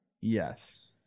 Yes